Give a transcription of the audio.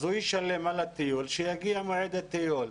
הוא ישלם על הטיול כשיגיע מועד הטיול.